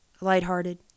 lighthearted